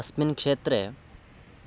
अस्मिन् क्षेत्रे